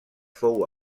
fou